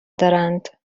دارند